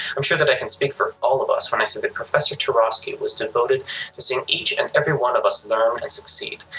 i'm sure that i can speak for all of us when i said that professor turoski was devoted to seeing each and every one of us learn and succeed.